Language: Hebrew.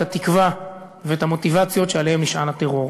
את התקווה ואת המוטיבציות שעליהן נשען הטרור.